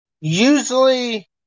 usually